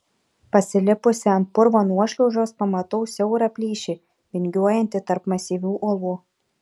pasilipusi ant purvo nuošliaužos pamatau siaurą plyšį vingiuojantį tarp masyvių uolų